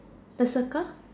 the circle